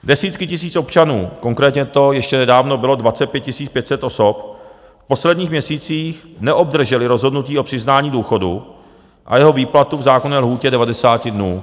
Desítky tisíc občanů, konkrétně to ještě nedávno bylo 25 500 osob, v posledních měsících neobdržely rozhodnutí o přiznání důchodu a jeho výplatu v zákonné lhůtě 90 dnů.